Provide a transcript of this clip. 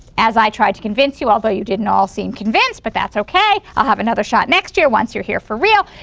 as i tried to convince you, although you didn't all seem convinced, but that's okay, i'll have another shot next year once you're here for real.